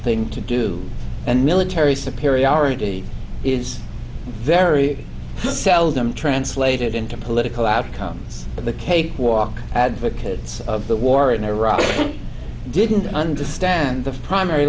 thing to do and military superiority is very seldom translated into political outcomes but the cake walk advocates of the war in iraq didn't understand the primary